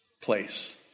place